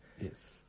Yes